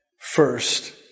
First